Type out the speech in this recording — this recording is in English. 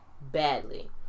badly